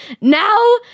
Now